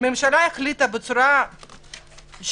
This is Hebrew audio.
הממשלה החליטה בצורה שרירותית